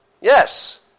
Yes